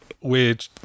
Weird